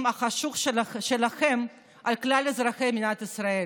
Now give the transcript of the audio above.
החשוך שלכם על כלל אזרחי מדינת ישראל.